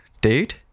dude